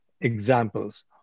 examples